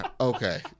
Okay